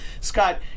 Scott